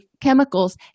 chemicals